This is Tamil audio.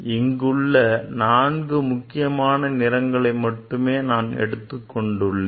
இங்குள்ள நான்கு முக்கியமான நிறங்களை மட்டும் நான் எடுத்துக்கொண்டேன்